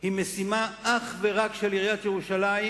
היא משימה אך ורק של עיריית ירושלים,